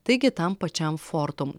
taigi tam pačiam fortum